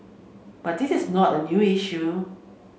but this is not a new issue